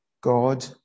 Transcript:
God